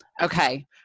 Okay